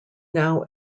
now